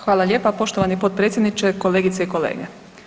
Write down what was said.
Hvala lijepa, poštovani potpredsjedniče, kolegice i kolege.